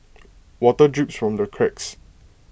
water drips from the cracks